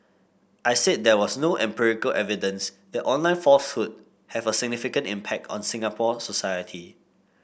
I said there was no empirical evidence that online falsehoods have a significant impact on Singapore society